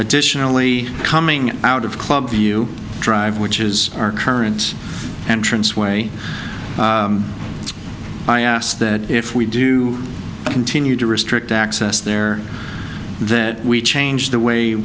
additionally coming out of club view drive which is our current entrance way biassed that if we do continue to restrict access there that we change the way